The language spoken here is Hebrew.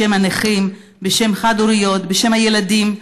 בשם הנכים, בשם החד-הוריות, בשם הילדים.